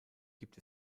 gibt